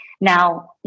Now